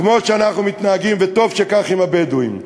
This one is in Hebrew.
כמו שאנחנו מתנהגים, וטוב שכך, עם הבדואים.